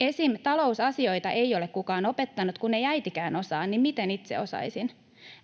Esim. talousasioita ei ole kukaan opettanut. Kun ei äitikään osaa, niin miten itse osaisin?